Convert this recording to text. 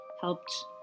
helped